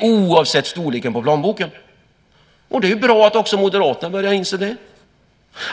oavsett storleken på plånboken. Det är bra att även Moderaterna börjar inse det.